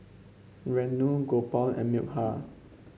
Renu Gopal and Milkha